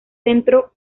centro